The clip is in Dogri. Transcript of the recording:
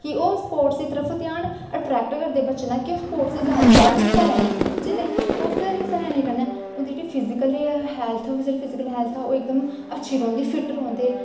कि ओह् स्पोटस दी तरफ ध्यान अट्रैक्ट करदे बच्चें दा कि ओह् स्पोटस चजादा जादा हिस्सा लैन जेह्दे कन्नै स्पोटस च हिल्ला लैने कन्नै उंदी जेह्ड़ी फिजीकली हैल्थ ऐ ओबह् इकदम अच्छी रौंह्दी फिट्ट रौंह्दे